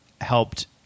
helped